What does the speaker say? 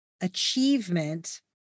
achievement